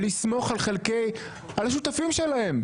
ולסמוך על השותפים שלהם,